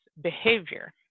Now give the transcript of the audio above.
behavior